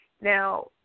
Now